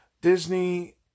Disney